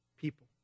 people